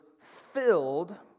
filled